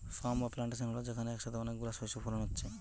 farm বা plantation হল যেখানে একসাথে অনেক গুলো শস্য ফলন হচ্ছে